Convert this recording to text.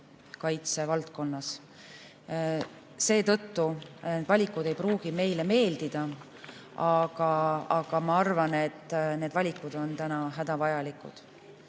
valdkonnas. Need valikud ei pruugi meile meeldida, aga ma arvan, et need valikud on täna hädavajalikud.